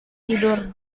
tidur